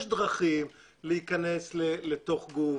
יש דרכים להיכנס לגוף,